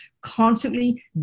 constantly